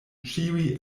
ĉiuj